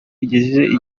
igejeje